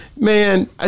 man